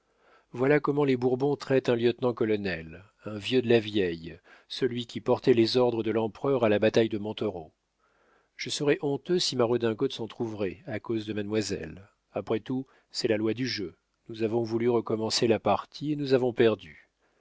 voilà comment les bourbons traitent un lieutenant-colonel un vieux de la vieille celui qui portait les ordres de l'empereur à la bataille de montereau je serais honteux si ma redingote s'entr'ouvrait à cause de mademoiselle après tout c'est la loi du jeu nous avons voulu recommencer la partie et nous avons perdu